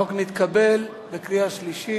טוב, רבותי, החוק נתקבל בקריאה שלישית,